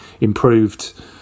improved